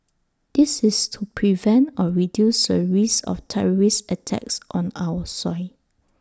this is to prevent or reduce the risk of terrorist attacks on our soil